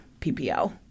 ppl